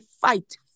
fight